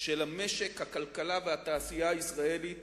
של המשק, הכלכלה והתעשייה הישראלית